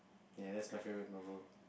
ya that's my favorite Marvel